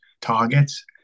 targets